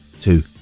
two